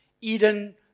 Eden